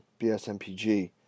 BSMPG